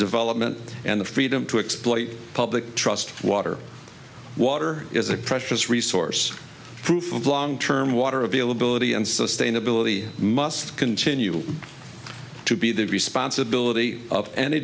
development and the freedom to exploit public trust water water is a precious resource proof of long term water availability and sustainability must continue to be the responsibility of any